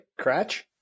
Cratch